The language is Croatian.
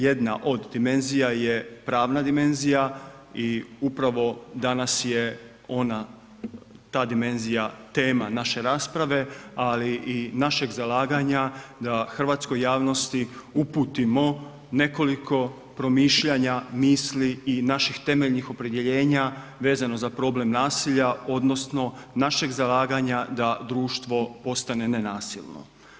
Jedna od dimenzija je pravna dimenzija i upravo danas je ona, ta dimenzija tema naše rasprave ali i našeg zalaganja da hrvatskoj javnosti uputimo nekoliko promišljanja, misli i naših temeljnih opredjeljenja vezano za problem nasilja odnosno našeg zalaganja da društvo postane nenasilno.